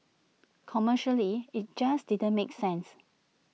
commercially IT just didn't make sense